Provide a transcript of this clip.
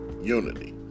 unity